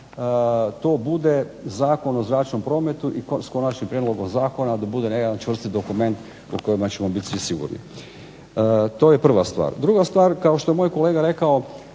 to bude Zakon o zračnom prometu i s konačnim prijedlogom zakona da bude jedan čvrsti dokument po kojem ćemo bit svi sigurni. To je prva stvar. Druga stvar, kao što je moj kolega rekao